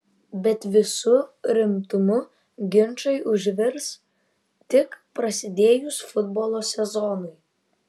bet visu rimtumu ginčai užvirs tik prasidėjus futbolo sezonui